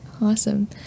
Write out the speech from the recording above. awesome